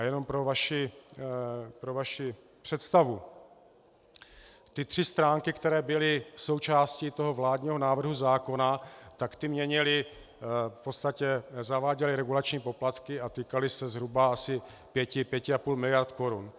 Jenom pro vaši představu, ty tři stránky, které byly součástí toho vládního návrhu zákona, měnily, nebo v podstatě zaváděly regulační poplatky a týkaly se zhruba asi pěti, pěti a půl miliardy korun.